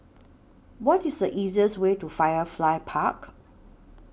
What IS The easiest Way to Firefly Park